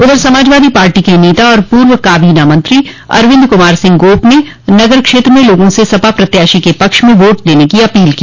उधर समाजवादी पार्टी के नेता और पूर्व काबीना मंत्री अरविन्द कुमार सिंह गोप ने नगर क्षेत्र में लोगों से सपा प्रत्याशी के पक्ष में वोट देने की अपील की